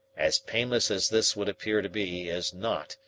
as painless as this would appear to be, is not,